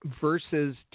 versus